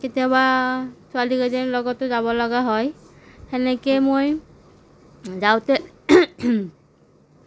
কেতিয়াবা ছোৱালীজনীৰ লগতো যাব লগা হয় সেনেকৈ মই যাওঁতে